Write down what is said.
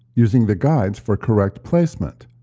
using the guides for correct placement.